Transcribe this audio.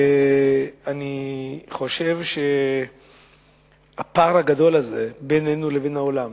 אני חושב שהפער הגדול הזה בינינו לבין העולם,